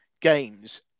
games